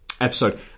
episode